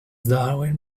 darwin